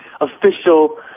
official